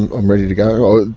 and i'm ready to go.